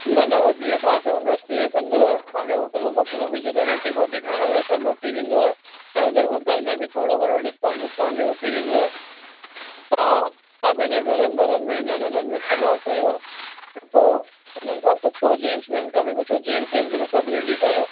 न न हू जीअं तव्हां चवंदासि तीअं कंदव तव्हांखे होटलू वोटलू में जिते रोटी वोटी खाइण लाइ सभु वठी वेदंव ऐं उते होटल में बि थोरो घणो डिस्काउंट विस्काउंट बि वठी ॾींदव तव्हां तव्हां पंहिंजे घरनि वरनि मे हिननि हुननि में सलाह करियो ऐं पोइ उन्हनि खां पुछो जेंटस वेंटस खां बि पुछो जेंटस आहिनि की न सभु लेडिज़ आहियो